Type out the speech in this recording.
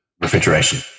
refrigeration